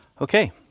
Okay